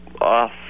off